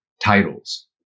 Titles